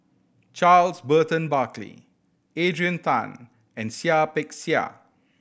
Charles Burton Buckley Adrian Tan and Seah Peck Seah